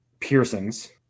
piercings